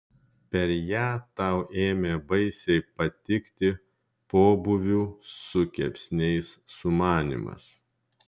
per ją tau ėmė baisiai patikti pobūvių su kepsniais sumanymas